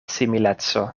simileco